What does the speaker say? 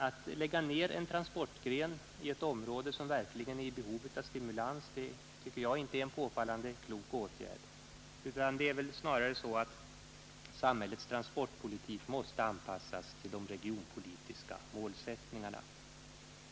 Att lägga ned en transportgren i ett område, som verkligen är i behov av stimulans, tycker jag inte är en påfallande klok åtgärd. Samhällets transportpolitik måste väl snarare anpassas till de regionpolitiska målsättningarna.